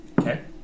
Okay